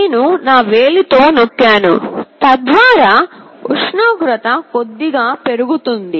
నేను నా వేలితో నొక్కాను తద్వారా ఉష్ణోగ్రత కొద్దిగా పెరుగుతుంది